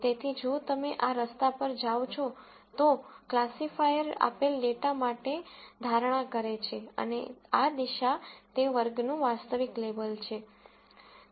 તેથી જો તમે આ રસ્તા પર જાઓ છો તો આ ક્લાસિફાયર આપેલ ડેટા માટે ધારણા કરે છે અને આ દિશા તે વર્ગનું વાસ્તવિક લેબલ છે